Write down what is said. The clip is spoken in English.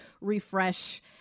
refresh